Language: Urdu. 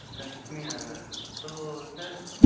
لکشمی نگر تو سر